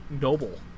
noble